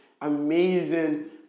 amazing